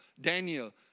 Daniel